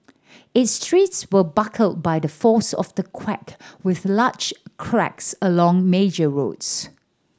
its streets were buckled by the force of the quake with large cracks along major roads